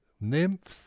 nymphs